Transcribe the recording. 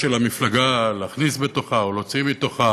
של המפלגה להכניס בתוכה או להוציא מתוכה.